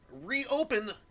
reopen